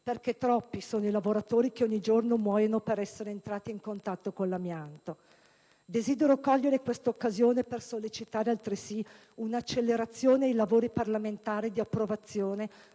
perché troppi sono i lavoratori che ogni giorno muoiono per essere entrati in contatto con l'amianto. Desidero sollecitare altresì un'accelerazione dei lavori parlamentari di approvazione